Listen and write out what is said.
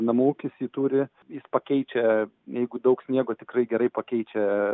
namų ūkis jį turi jis pakeičia jeigu daug sniego tikrai gerai pakeičia